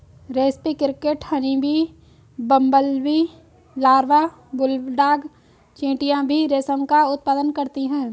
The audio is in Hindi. रेस्पी cricket, honeybee, bumblebee larva, bulldog चींटियां भी रेशम का उत्पादन करती हैं